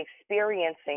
experiencing